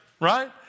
Right